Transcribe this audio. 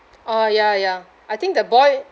orh ya ya I think the boy